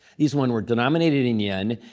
these one were denominated in yen,